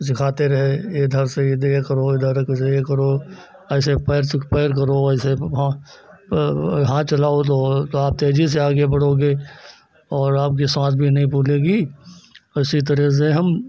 सिखाते रहे ए इधर से यदि ए करो इधर से ए करो ऐसे पैर से पैर करो ऐसे पाँव हाथ चलाओ तो तो आप तेज़ी से आगे बढ़ोगे और आपकी साँस भी नहीं फूलेगी और इसी तरह से हम